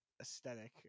aesthetic